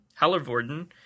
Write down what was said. Hallervorden